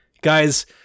Guys